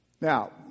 Now